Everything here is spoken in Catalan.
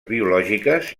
biològiques